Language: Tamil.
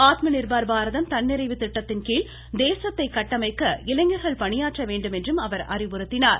ஆத்ம நிர்பார் பாரதம் தன்னிறைவு திட்டத்தின் கீழ் தேசத்தை கட்டமைக்க இளைஞர்கள் பணியாற்ற வேண்டும் என்றும் அவர் அறிவுறுத்தினார்